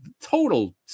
total